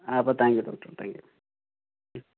അപ്പോൾ thank you doctor thank U